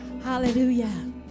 Hallelujah